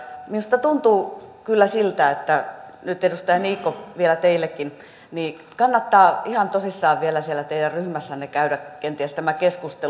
minusta tuntuu kyllä siltä että nyt edustaja niikko vielä teillekin kannattaa ihan tosissaan vielä siellä teidän ryhmässänne käydä kenties tämä keskustelu